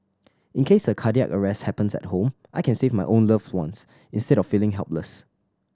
in case a cardiac arrest happens at home I can save my own loved ones instead of feeling helpless